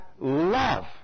love